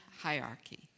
hierarchy